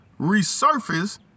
resurface